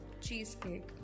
cheesecake